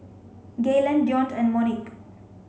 Gaylon Deonte and Monique